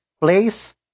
place